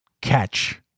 catch